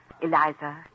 Eliza